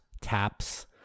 taps